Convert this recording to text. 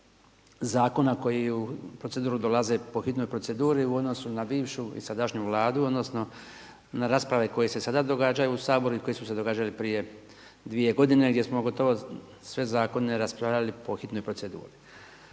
broja zakona koji u proceduru dolaze po hitnoj proceduri u odnosu na bivšu i sadašnju Vladu, odnosno na rasprave koje se sada događaju u Saboru i koje su se događale prije 2 godine, gdje smo gotovo sve zakone raspravljali po hitnoj proceduri.